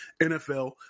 NFL